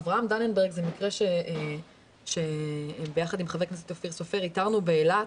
אברהם דננברג זה מקרה שיחד עם חבר הכנסת אופיר סופר איתרנו באילת,